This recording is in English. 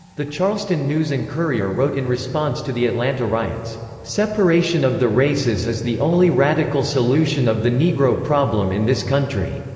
the charleston news and courier wrote in response to the atlanta riots separation of the races is the only radical solution of the negro problem in this country.